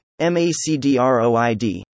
MACDROID